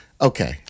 Okay